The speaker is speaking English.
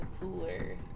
cooler